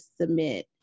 submit